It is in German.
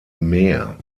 meer